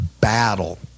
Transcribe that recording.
battle